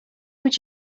would